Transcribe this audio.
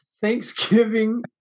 thanksgiving